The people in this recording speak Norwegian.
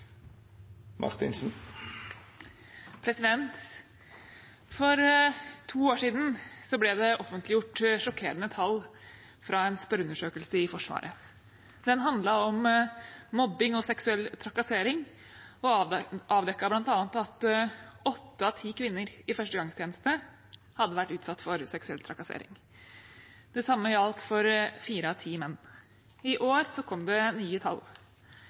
minutt. For to år siden ble det offentliggjort sjokkerende tall fra en spørreundersøkelse i Forsvaret. Den handlet om mobbing og seksuell trakassering og avdekket bl.a. at åtte av ti kvinner i førstegangstjeneste hadde vært utsatt for seksuell trakassering. Det samme gjaldt for fire av ti menn. I år kom det nye tall.